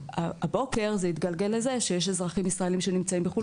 הבוקר זה התגלגל לזה שיש אזרחים ישראלים שנמצאים בחו"ל